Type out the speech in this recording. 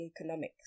economics